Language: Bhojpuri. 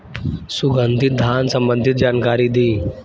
सुगंधित धान संबंधित जानकारी दी?